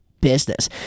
business